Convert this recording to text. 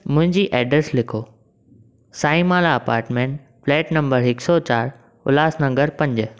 मुंहिंजी एड्रेस लिखो साईंमारा अपार्टमेन्ट फ्लेट नम्बर हिक सौ चारि उल्हास नगर पंज